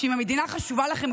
אם המדינה חשובה לכם,